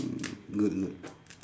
good good